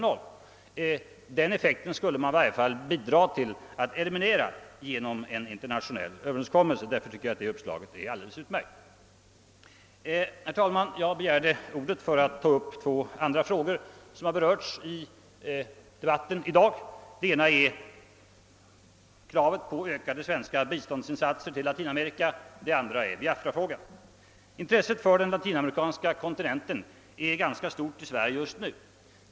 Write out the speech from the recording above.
Den effekten skulle man i varje fall bidra till att eliminera genom en internationell överenskommelse. Därför tycker jag att det uppslaget är alldeles utmärkt. Jag begärde, herr talman, ordet för att ta upp två andra frågor som har berörts i debatten i dag. Den ena är kravet på ökade svenska biståndsinsatser i Latinamerika, den andra är Biafrafrågan. Intresset för den latinamerikanska kontinenten är ganska stort i Sverige just nu.